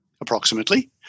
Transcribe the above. approximately